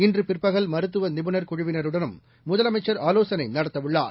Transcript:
இன்று பிற்பகல் மருத்துவ நிபுணர் குழுவினருடனும் முதலமைச்சர் ஆலோசனை நடத்தவுள்ளார்